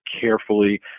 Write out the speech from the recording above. carefully